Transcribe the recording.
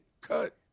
cut